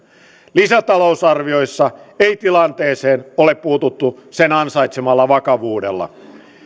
lisätalousarvioissa ei tilanteeseen ole puututtu sen ansaitsemalla vakavuudella